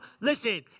listen